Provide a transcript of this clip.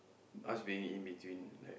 us being in between like